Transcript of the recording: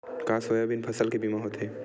का सोयाबीन फसल के बीमा होथे?